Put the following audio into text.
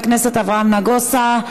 חבר הכנסת אברהם נגוסה,